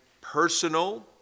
personal